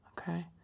okay